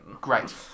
great